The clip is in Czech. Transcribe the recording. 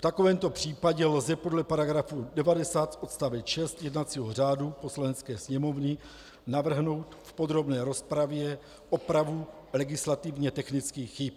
V takovémto případě lze podle § 90 odst. 6 jednacího řádu Poslanecké sněmovny navrhnout v podrobné rozpravě opravu legislativně technických chyb.